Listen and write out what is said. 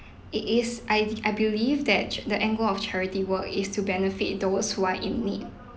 it is I I believe that cha~ the end goal of charity work is to benefit those who are in need